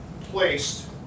placed